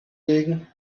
legen